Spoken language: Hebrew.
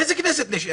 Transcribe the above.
איזה כנסת נשארת?